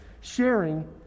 sharing